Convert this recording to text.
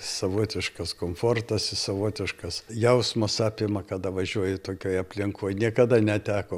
savotiškas komfortas i savotiškas jausmas apima kada važiuoji tokioj aplinkoj niekada neteko